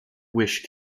wish